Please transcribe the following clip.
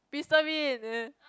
Mister Bean